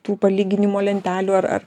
tų palyginimo lentelių ar ar